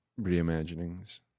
reimaginings